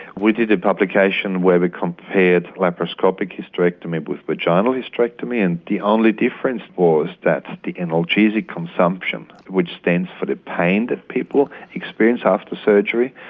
we did a publication where we compared laparoscopic hysterectomy with vaginal hysterectomy, and the only difference was that the analgesic consumption which stands for the pain that people experience after surgery,